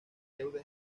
deuda